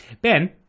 Ben